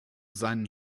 seinen